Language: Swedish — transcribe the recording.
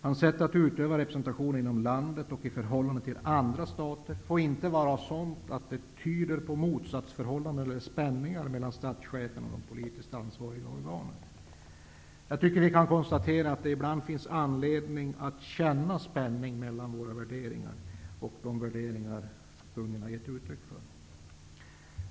Hans sätt att utöva representation inom landet och i förhållande till andra stater får inte vara sådant att det tyder på motsatsförhållanden eller spänningar mellan statschefen och det politiskt ansvariga organet. Jag tycker att vi kan konstatera att det ibland finns anledning att känna spänning mellan våra värderingar och de värderingar som kungen har gett uttryck för.